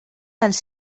dels